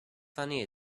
funny